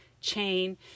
chain